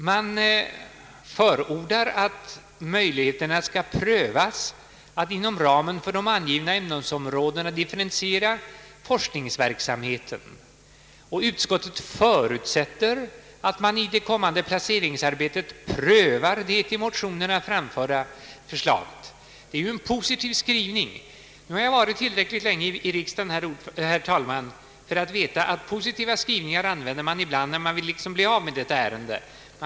Man förordar att möjligheterna prövas att inom ramen för de angivna ämnesområdena differentiera forskningsverksamheten. Utskottet förutsätter att man i det kommande placeringsarbetet prövar det i motionerna framförda förslaget. Det är ju en positiv skrivning. Nu har jag varit tillräckligt länge i riksdagen för att veta att positiv skrivning använder man ibland när man liksom vill bli av med ett ärende.